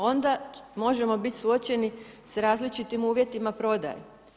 Onda možemo biti suočeni sa različitim uvjetima prodaje.